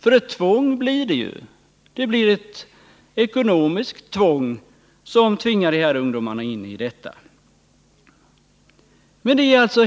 För ett tvång blir det. Av ekonomiska skäl tvingas ungdomarna in i detta.